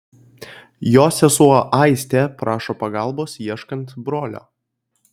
jo sesuo aistė prašo pagalbos ieškant brolio